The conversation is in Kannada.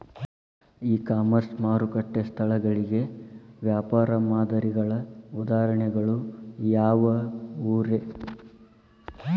ಇ ಕಾಮರ್ಸ್ ಮಾರುಕಟ್ಟೆ ಸ್ಥಳಗಳಿಗೆ ವ್ಯಾಪಾರ ಮಾದರಿಗಳ ಉದಾಹರಣೆಗಳು ಯಾವವುರೇ?